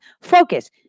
focus